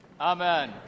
amen